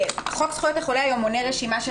חוק זכויות החולה מונה היום רשימה של